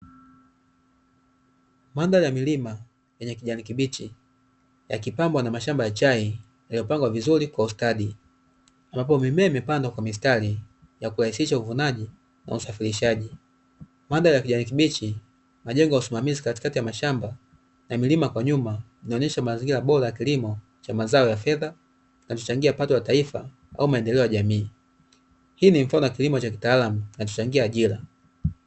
Madhari ya milima yenye kijani kibichi yakipambwa na mashamba ya chai yaliyopangwa vizuri kwa ustadi ambapo mimea imepanda kwa mistari ya kurahisisha uvunaji na usafirishaji madhari ya kijani kibichi majengo ya usimamizi katikati ya mashamba na milima kwa nyuma, inaonyesha mazingira bora kilimo cha mazao ya fedha na kuchangia pato la taifa au maendeleo ya jamii hii ni mfano wa kilimo cha kitaalam na tuchangia ajira.